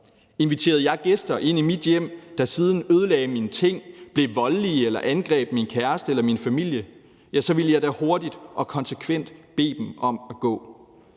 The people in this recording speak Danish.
Inviterede jeg gæster ind i mit hjem, der siden ødelagde mine ting, blev voldelige eller angreb min kæreste eller min familie, så ville jeg da hurtigt og konsekvent bede dem om at gå.